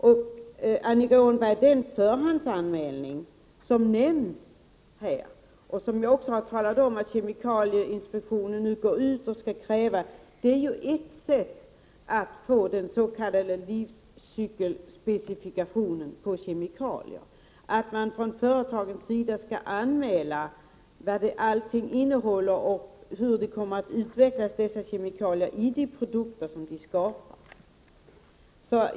Till Annika Åhnberg vill jag säga att den förhandsanmälan som nämns här och som kemikalieinspektionen nu skall gå ut och kräva är ett sätt att genomföra den s.k. livscykelsspecifikationen på kemikalier, dvs. att man från företagens sida skall anmäla vilka ämnen som ingår och hur dessa kommer att utvecklas i de produkter som de skapar.